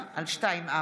רוזין,